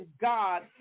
God